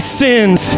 sins